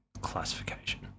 classification